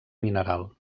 mineral